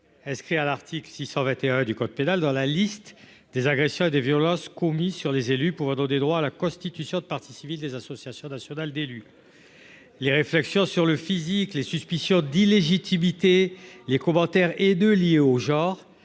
inscrit à l'article 621 du code pénal dans la liste des agressions et des violences commises sur les élus pour être des droits à la constitution de partie civile, les associations nationales d'élus, les réflexions sur le physique, les suspicions d'illégitimité, les commentaires et de liées au genre